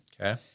Okay